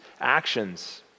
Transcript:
actions